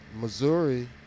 Missouri